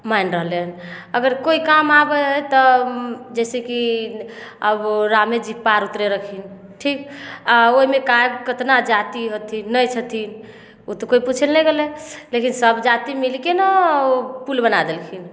मानि रहलै हन अगर कोइ काम आबै हइ तऽ जइसेकि अब रामेजी पार उतरेलखिन ठीक आओर ओहिमेका कतना जाति हथिन नहि छथिन ओ तऽ कोइ पुछैलए नहि गेलै लेकिन सब जाति मिलिके ने ओ पुल बना देलखिन